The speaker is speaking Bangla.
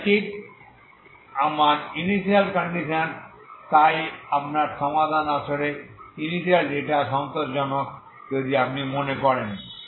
এটি ঠিক আমার ইনিশিয়াল কন্ডিশনস তাই আপনার সমাধান আসলে ইনিশিয়াল ডেটা সন্তোষজনক যদি আপনি মনে করেন